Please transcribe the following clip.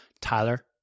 Tyler